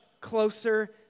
closer